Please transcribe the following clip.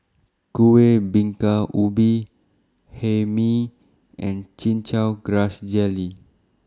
Kueh Bingka Ubi Hae Mee and Chin Chow Grass Jelly